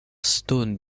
stone